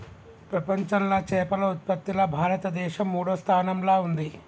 ప్రపంచంలా చేపల ఉత్పత్తిలా భారతదేశం మూడో స్థానంలా ఉంది